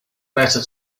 better